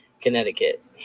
Connecticut